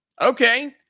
Okay